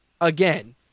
again—